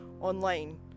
online